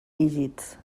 dígits